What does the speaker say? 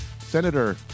Senator